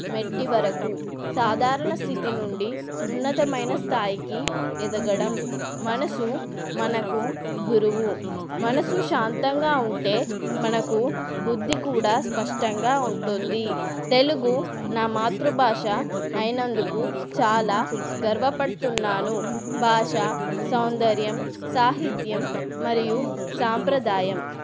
మెట్టి వరకు సాధారణ స్థితి నుండి ఉన్నతమైన స్థాయికి ఎదగడం మనసు మనకు గురువు మనసు శాంతంగా ఉంటే మనకు బుద్ధి కూడా స్పష్టంగా ఉంటుంది తెలుగు నా మాతృభాష అయినందుకు చాలా గర్వపడుతున్నాను భాష సౌందర్యం సాహిత్యం మరియు సాంప్రదాయం